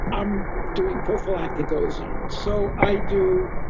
i'm doing prophylactic ozone. so, i do,